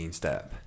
step